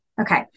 Okay